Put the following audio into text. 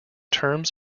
terms